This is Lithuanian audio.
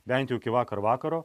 bent iki vakar vakaro